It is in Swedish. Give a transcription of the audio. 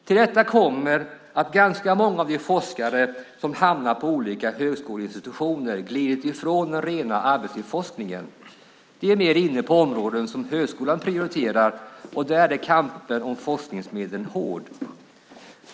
Till detta kommer att ganska många av de forskare som hamnade på olika högskoleinstitutioner gled ifrån den rena arbetslivsforskningen. De är mer inne på områden som högskolan prioriterar, och där är kampen om forskningsmedlen hård.